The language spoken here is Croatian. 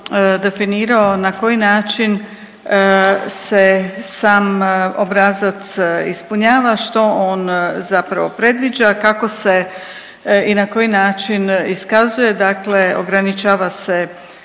definirao na koji način se sam obrazac ispunjava, što on zapravo predviđa, kako se i na koji način iskazuje dakle ograničava se